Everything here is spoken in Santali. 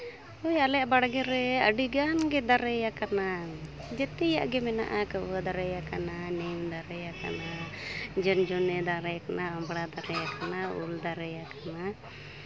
ᱦᱳᱭ ᱟᱞᱮᱭᱟᱜ ᱵᱟᱲᱜᱮ ᱨᱮ ᱟᱹᱰᱤᱜᱟᱱ ᱜᱮ ᱫᱟᱨᱮᱭᱟᱠᱟᱱᱟ ᱡᱮᱛᱮᱭᱟᱜ ᱜᱮ ᱢᱮᱱᱟᱜᱼᱟ ᱠᱟᱹᱣᱦᱟᱹ ᱫᱟᱨᱮᱭᱟᱠᱟᱱᱟ ᱱᱤᱢ ᱫᱟᱨᱮᱭᱟᱠᱟᱱᱟ ᱡᱷᱚᱱ ᱡᱷᱚᱱᱤ ᱫᱟᱨᱮᱭᱠᱟᱱᱟ ᱟᱢᱵᱽᱲᱟ ᱫᱟᱨᱮᱭᱠᱟᱱᱟ ᱩᱞ ᱫᱟᱨᱮᱭᱟᱠᱟᱱᱟ